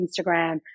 Instagram